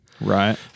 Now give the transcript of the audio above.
Right